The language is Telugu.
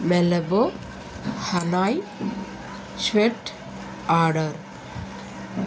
మెలబో హనాయ్ స్వెట్ ఆర్డర్